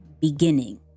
beginning